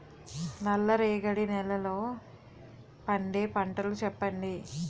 నల్ల రేగడి నెలలో పండే పంటలు చెప్పండి?